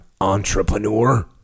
entrepreneur